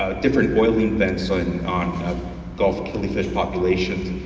ah different oiling events so in um um gulf killifish populations,